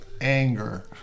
anger